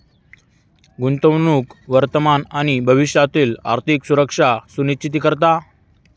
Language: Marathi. गुंतवणूक वर्तमान आणि भविष्यातील आर्थिक सुरक्षा सुनिश्चित करता